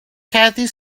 katie